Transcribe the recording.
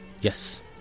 Yes